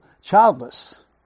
childless